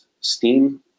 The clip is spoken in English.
steam